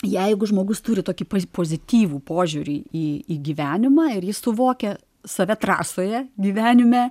jeigu žmogus turi tokį pozityvų požiūrį į gyvenimą ir jis suvokia save trasoje gyvenime